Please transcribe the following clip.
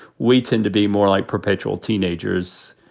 we tend to be more like perpetual teenagers.